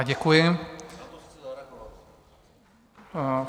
Děkuji vám.